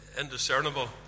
indiscernible